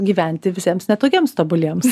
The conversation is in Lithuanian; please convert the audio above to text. gyventi visiems ne tokiems tobuliems